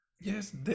Yes